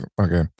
Okay